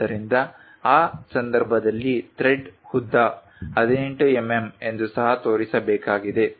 ಆದ್ದರಿಂದ ಆ ಸಂದರ್ಭದಲ್ಲಿ ಥ್ರೆಡ್ ಉದ್ದ 18 ಎಂಎಂ ಎಂದು ಸಹ ತೋರಿಸಬೇಕಾಗಿದೆ